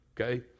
Okay